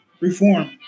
Reform